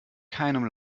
keinem